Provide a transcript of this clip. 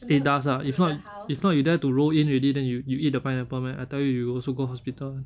it does ah if not if not you dare to roll in already then you you eat the pineapple meh I tell you you will also go hospital [one]